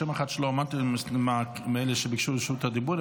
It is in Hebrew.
יש שם אחד שלא אמרתי מאלה שביקשו רשות דיבור,